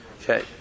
Okay